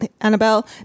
Annabelle